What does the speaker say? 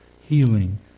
healing